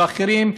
ואחרים,